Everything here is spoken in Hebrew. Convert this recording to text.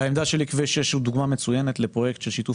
שלי שכביש 6 הוא דוגמה מצוינת לשיתוף